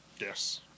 Yes